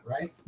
right